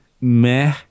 meh